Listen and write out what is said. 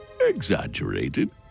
exaggerated